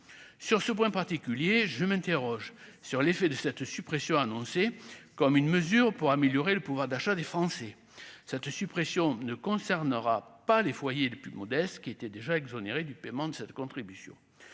sur ce point particulier, je m'interroge sur l'effet de cette suppression annoncée comme une mesure pour améliorer le pouvoir d'achat des Français, ça te suppression ne concernera pas les foyers les plus modestes qui étaient déjà exonérés du paiement de cette contribution,